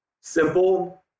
simple